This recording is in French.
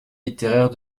littéraire